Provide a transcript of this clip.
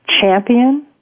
champion